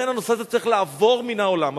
לכן, הנושא הזה צריך לעבור מן העולם.